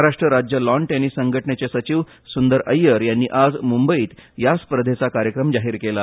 महाराष्ट्र राज्य lawn tennis संघटनेचे सचिव सुंदर अय्यर यांनी आज मुंबईत या स्पर्धेचा कार्यक्रम जाहीर केला